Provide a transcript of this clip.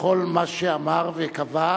בכל מה שאמר וקבע,